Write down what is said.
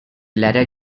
latter